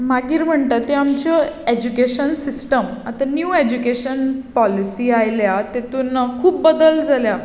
मागीर म्हणटा त्यो आमच्यो एजुकेशन सिस्टम आतां नीव एजुकेशन पोलिसी आयल्या तातून खूब बदल जाल्या